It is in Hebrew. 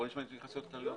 בוא נשמע התייחסויות כלליות.